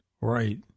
right